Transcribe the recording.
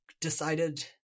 decided